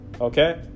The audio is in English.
Okay